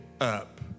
up